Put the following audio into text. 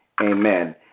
Amen